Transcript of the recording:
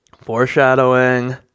Foreshadowing